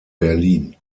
berlin